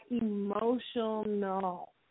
emotional